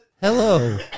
hello